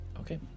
Okay